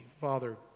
Father